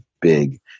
big